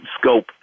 Scope